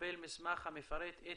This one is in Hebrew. לקבל מסמך המפרט את